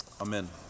Amen